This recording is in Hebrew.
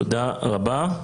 תודה רבה.